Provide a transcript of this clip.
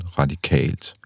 radikalt